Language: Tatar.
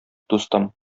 дустым